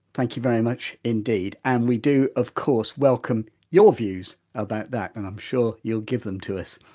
thank you very much indeed. and we do of course, welcome your views about that and i'm sure you'll give them to us!